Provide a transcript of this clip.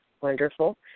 wonderful